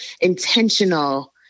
intentional